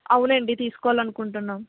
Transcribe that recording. అవునండి తీసుకోవాలనుకుంటున్నాము